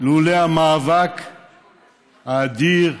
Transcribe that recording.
לולא המאבק האדיר,